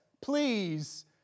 please